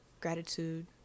gratitude